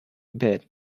bed